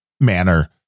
manner